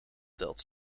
telt